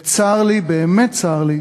וצר לי, באמת צר לי,